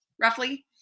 roughly